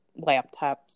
laptops